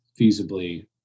feasibly